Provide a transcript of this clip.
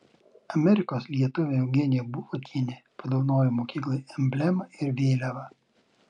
amerikos lietuvė eugenija bulotienė padovanojo mokyklai emblemą ir vėliavą